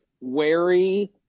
wary